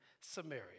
Samaria